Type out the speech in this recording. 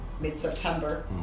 mid-September